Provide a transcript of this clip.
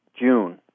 June